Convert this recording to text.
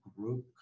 group